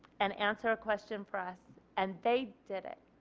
and answer a question for us and they did it.